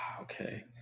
Okay